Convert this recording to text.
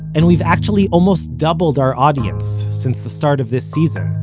and we've actually almost doubled our audience since the start of this season.